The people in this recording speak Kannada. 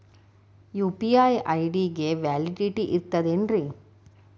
ಯು.ಪಿ.ಐ ಐ.ಡಿ ಗೆ ವ್ಯಾಲಿಡಿಟಿ ಇರತದ ಏನ್ರಿ?